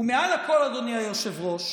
ומעל לכול, אדוני היושב-ראש,